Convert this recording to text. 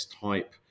type